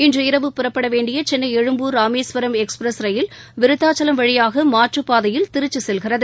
இன்ற இரவு புறப்பட வேண்டிய சென்னை எழும்பூர் ராமேஸ்வரம் எக்ஸ்பிரஸ் ரயில் விருதாச்சலம் வழியாக மாற்றுப்பாதையில் திருச்சி செல்கிறது